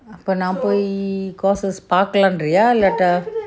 அப்போ நா போய்:appo naa poi courses பாக்கலாம் ங்ரயா இல்லாட்டி:paakalam ngriya illatti